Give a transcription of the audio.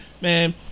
man